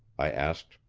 i asked.